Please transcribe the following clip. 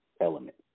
element